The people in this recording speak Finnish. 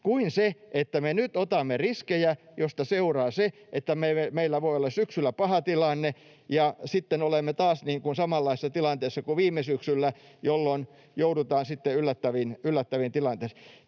kuin se, että me nyt otamme riskejä, mistä seuraa se, että meillä voi olla syksyllä paha tilanne, ja sitten olemme taas samanlaisessa tilanteessa kuin viime syksynä, jolloin joudutaan sitten yllättäviin tilanteisiin.